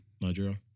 Nigeria